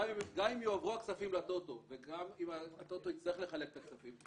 גם אם יועברו הכספים לטוטו וגם אם הטוטו יצטרך לחלק את הכספים,